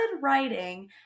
writing